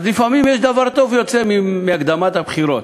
אז לפעמים דבר טוב יוצא מהקדמת הבחירות.